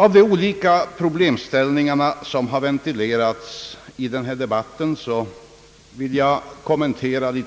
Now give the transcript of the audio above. Av de olika problem som ventilerats i debatten vill jag något kommentera